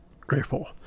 grateful